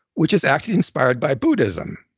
which is actually inspired by buddhism.